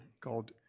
called